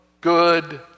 good